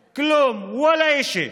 כלום, וולָא אישי.